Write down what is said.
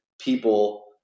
people